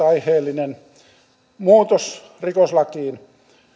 aiheellinen muutos rikoslakiin